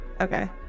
Okay